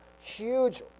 huge